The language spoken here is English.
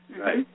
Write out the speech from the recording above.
Right